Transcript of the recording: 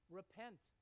repent